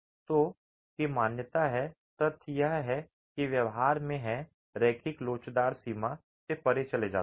तो की मान्यता है तथ्य यह है कि व्यवहार में है रैखिक लोचदार सीमा से परे चला जाता है